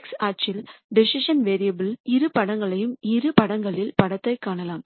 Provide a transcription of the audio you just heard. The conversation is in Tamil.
x அச்சு டிசிசன் வேரியபுல்யாக decision variable இரு படங்களில் படத்தைக் காணலாம்